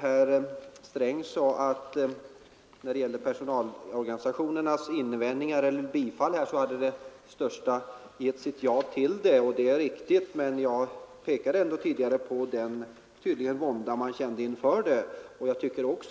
Herr Sträng sade att den största personalorganisationen givit sitt bifall till sammanslagningen, och det är riktigt, men jag pekade tidigare på den vånda som man kände. Och vi har ju kunnat